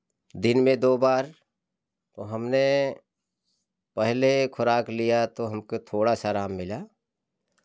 दिन में दो बार तो हमने पहले खुराक लिया तो हमको थोड़ा सा आराम मिला